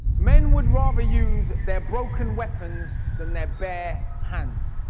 men would rather use their broken weapons than their bare hands.